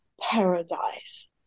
paradise